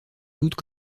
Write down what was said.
toutes